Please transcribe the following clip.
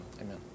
Amen